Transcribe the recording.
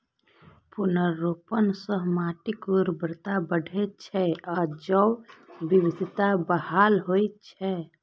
पुनर्वनरोपण सं माटिक उर्वरता बढ़ै छै आ जैव विविधता बहाल होइ छै